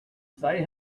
say